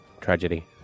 tragedy